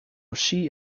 she